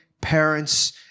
parents